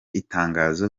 itangazo